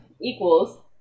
Equals